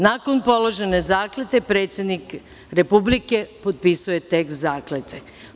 Nakon položene zakletve, predsednik Republike potpisuje tekst zakletve.